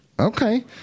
okay